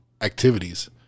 activities